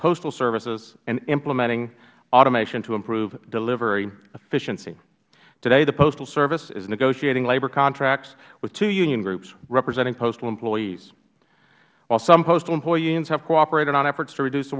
postal services and implementing automation to improve delivery efficiency today the postal service is negotiating labor contracts with two union groups representing postal employees while some postal employee unions have cooperated on efforts to reduce the